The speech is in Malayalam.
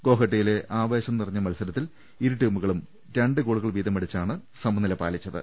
ഗോഹട്ടിയിലെ ആവേശം നിറഞ്ഞ മത്സരത്തിൽ ഇരു ടീമുകളും രണ്ട് ഗോളുകൾ വീതമടിച്ചാണ് സമ നില പാലിച്ചത്